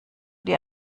dir